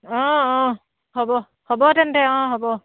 অঁ অঁ হ'ব হ'ব তেন্তে অঁ হ'ব